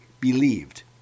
believed